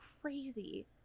crazy